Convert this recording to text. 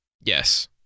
Yes